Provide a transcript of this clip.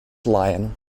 lion